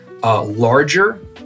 Larger